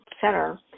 center